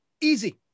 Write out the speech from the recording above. easy